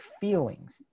feelings